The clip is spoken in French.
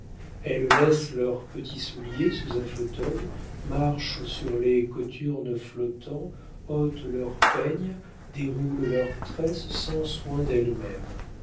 elles laissent leurs petits souliers sous un fauteuil marchent sur les cothurnes flottants ôtent leurs peignes déroulent leurs tresses sans soin d'elles-mêmes